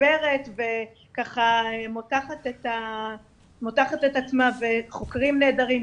מתגברת ומותחת את עצמה וחוקרים נהדרים,